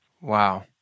Wow